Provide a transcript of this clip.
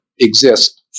Exist